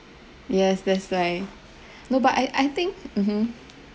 yes that's like no but I I think mmhmm